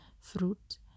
fruit